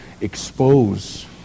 expose